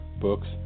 books